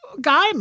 guy